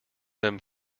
them